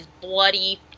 bloody